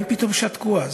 הם פתאום שתקו אז.